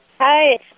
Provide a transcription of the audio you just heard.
Hi